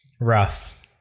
Rough